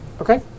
Okay